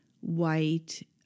white